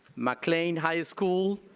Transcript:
mclean high school,